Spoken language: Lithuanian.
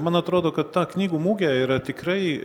man atrodo kad ta knygų mugė yra tikrai